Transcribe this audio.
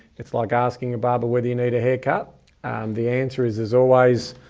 it's like asking ababa whether you need a haircut. and the answer is, is always,